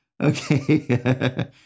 Okay